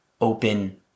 open